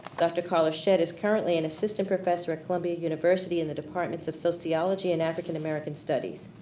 dr. carla shedd is currently an assistant professor at columbia university in the departments of sociology and african-american studies.